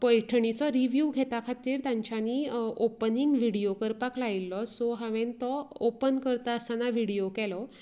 पैठणीचो review घेवपा खातीर तांच्यांनी ओपनिंग व्हिडियो करपाक लायिल्लो सो हांवेन तो ओपन करता आसतना व्हिडियो केलो